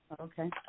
Okay